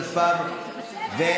התשפ"א 2021,